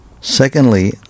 Secondly